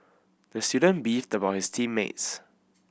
the student beefed about his team mates